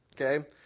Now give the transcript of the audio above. okay